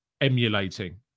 emulating